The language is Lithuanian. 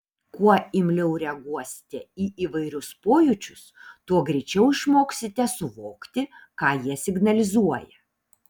kuo imliau reaguosite į įvairius pojūčius tuo greičiau išmoksite suvokti ką jie signalizuoja